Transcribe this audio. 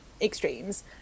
extremes